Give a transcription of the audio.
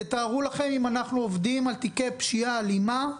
אם אנחנו עובדים על תיקי פשיעה אלימה,